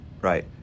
right